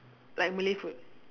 like malay food